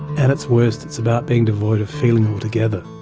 at its worst it's about being devoid of feeling altogether.